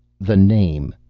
the name!